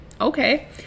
okay